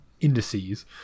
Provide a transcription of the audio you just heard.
indices